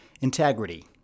integrity